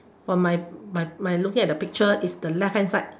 for my my my looking at the picture it's the left hand side